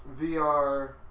VR